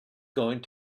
going